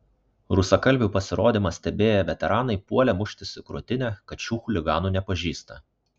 rusakalbių pasirodymą stebėję veteranai puolė muštis į krūtinę kad šių chuliganų nepažįsta